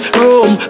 room